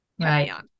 Right